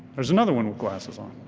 there's another one with glasses on,